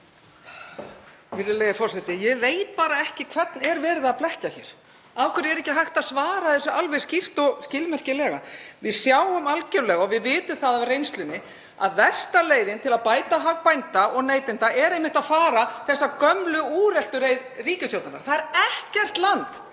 Virðulegi forseti. Ég veit bara ekki hvern er verið að blekkja hér. Af hverju er ekki hægt að svara þessu alveg skýrt og skilmerkilega? Við sjáum algjörlega og vitum af reynslunni að versta leiðin til að bæta hag bænda og neytenda er einmitt að fara þessa gömlu úreltu leið ríkisstjórnarinnar. Ekkert land